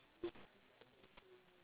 okay good good good good